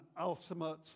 ultimate